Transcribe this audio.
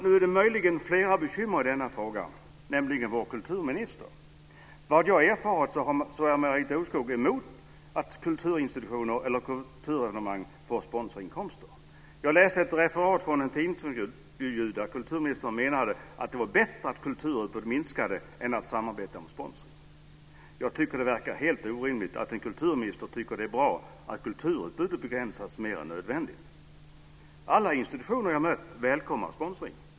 Nu är det möjligen ytterligare bekymmer med denna fråga, nämligen vår kulturminister. Enligt vad jag har erfarit är Marita Ulvskog emot att kulturinstitutioner eller kulturevenemang får sponsorinkomster. Jag läste ett referat från en tidningsintervju där kulturministern menade att det var bättre att kulturutbudet minskade än att samarbeta om sponsring. Jag tycker att det verkar helt orimligt att en kulturminister tycker att det är bra att kulturutbudet begränsas mer än nödvändigt. Alla institutioner som jag mött välkomnar sponsring.